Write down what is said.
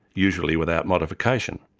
usually without modification.